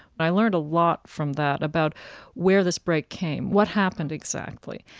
but i learned a lot from that about where this break came, what happened exactly.